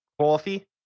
Coffee